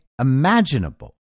imaginable